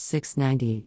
690